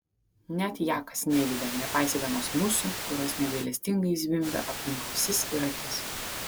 net jakas nejuda nepaisydamas musių kurios negailestingai zvimbia aplink ausis ir akis